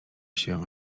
się